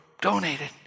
donated